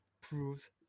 proves